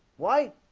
why?